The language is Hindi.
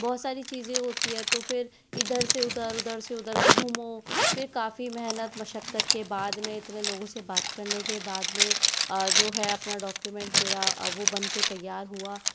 बहुत सारी चीज़ें होती है तो फिर इधर से उधर उधर से उधर घूमो फिर काफी मेहनत मशक्कत के बाद में इतने लोगों से बात करने के बाद में जो है अपना डॉक्यूमेंट मेरा वो बनके तैयार हुआ